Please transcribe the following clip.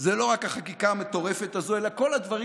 זה לא רק החקיקה המטורפת הזו אלא כל הדברים